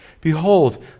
Behold